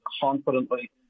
confidently